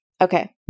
Okay